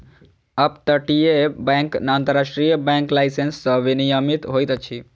up तटीय bank अन्तर्राष्ट्रीय bank licence सॅ विनियमित होइत अछि